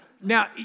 Now